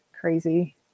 crazy